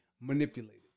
manipulated